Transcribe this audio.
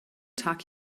tag